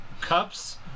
cups